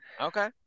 okay